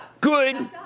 Good